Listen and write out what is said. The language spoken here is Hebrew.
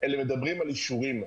מדברים על האישורים,